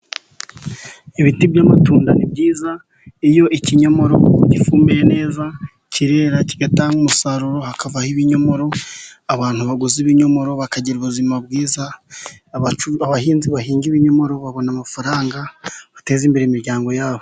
Ibiti by'amatunda ni byiza, iyo ikinyomoro gifumbiye neza, kirera kigatanga umusaruro hakava ibinyomoro, abantu baguze ibinyomoro bakagira ubuzima bwiza, abahinzi bahinga ibinyomoro babona amafaranga, bagateza imbere imiryango yabo.